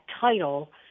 title